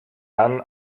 dann